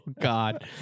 God